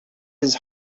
his